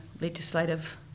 legislative